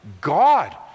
God